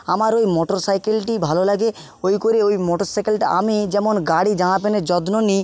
আমার ওই মোটর সাইকেলটিই ভালো লাগে ওই করে ওই মোটর সাইকেলটা আমি যেমন গাড়ি জামা প্যান্টের যত্ন নিই